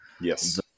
Yes